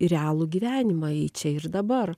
į realų gyvenimą į čia ir dabar